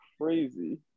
crazy